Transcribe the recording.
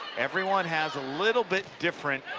everyone has a little bit different